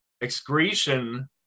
excretion